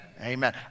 Amen